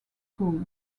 school